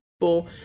people